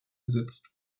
ersetzt